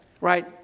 Right